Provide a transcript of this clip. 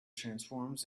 transforms